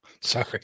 Sorry